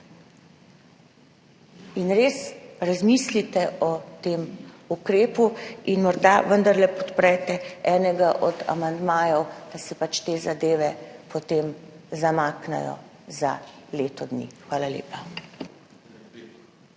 Res, razmislite o tem ukrepu in morda vendarle podprete enega od amandmajev, da se te zadeve potem zamaknejo za leto dni. Hvala lepa.